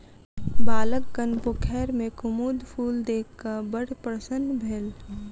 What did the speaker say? बालकगण पोखैर में कुमुद फूल देख क बड़ प्रसन्न भेल